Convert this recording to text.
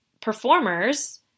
performers